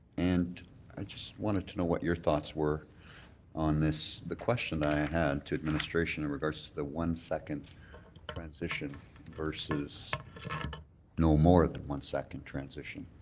and i just wanted to know what your thoughts were on this. the question that i had to administration in regards to the one second transition versus no more than one second transition.